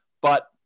But-